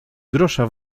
grosza